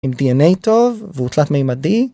‫עם DNA טוב והוא תלת מימדי.